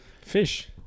Fish